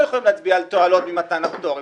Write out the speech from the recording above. יכולים להצביע על תועלות ממתן הפטור.